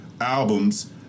albums